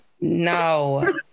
No